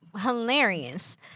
hilarious